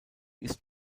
ist